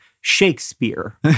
Shakespeare